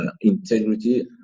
integrity